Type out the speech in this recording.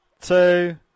two